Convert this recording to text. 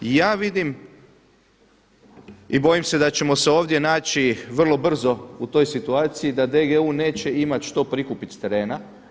I ja vidim i bojim se da ćemo se ovdje naći vrlo brzo u toj situaciji da DGU neće imati što prikupiti s terena.